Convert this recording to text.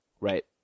Right